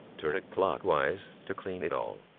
turn it clockwise to clean it all